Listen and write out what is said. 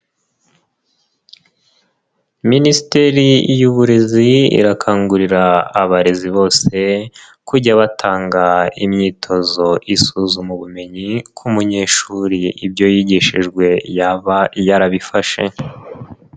Minisiteri y'uburezi irakangurira abarezi bose, kujya batanga imyitozo isuzuma ubumenyi ko umunyeshuri ibyo yigishijwe yaba yarabifashe.